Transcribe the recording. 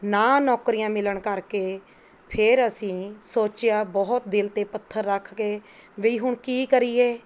ਨਾ ਨੌਕਰੀਆਂ ਮਿਲਣ ਕਰਕੇ ਫੇਰ ਅਸੀਂ ਸੋਚਿਆ ਬਹੁਤ ਦਿਲ 'ਤੇ ਪੱਥਰ ਰੱਖ ਕੇ ਵਈ ਹੁਣ ਕੀ ਕਰੀਏ